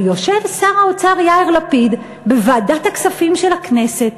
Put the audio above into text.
אבל יושב שר האוצר יאיר לפיד בוועדת הכספים של הכנסת,